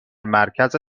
مرکز